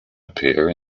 appear